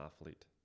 athlete